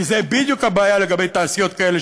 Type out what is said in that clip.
כי זאת בדיוק הבעיה לגבי תעשיות כאלה,